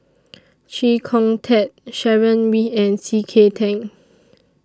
Chee Kong Tet Sharon Wee and C K Tang